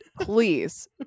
please